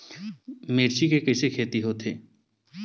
मिर्च के कइसे खेती होथे?